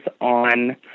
on